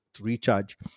Recharge